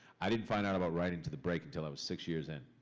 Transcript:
i didn't find out about writing to the break until i was six years in.